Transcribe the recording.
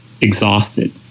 exhausted